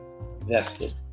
vested